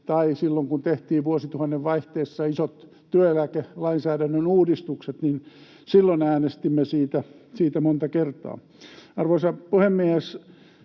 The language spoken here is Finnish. Ja silloin kun tehtiin vuosituhannen vaihteessa isot työeläkelainsäädännön uudistukset, niin silloin äänestimme siitä monta kertaa. Arvoisa puhemies!